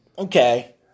Okay